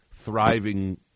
thriving